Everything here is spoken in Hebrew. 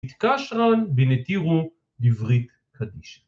מתקשרן בנתירו דברית קדישית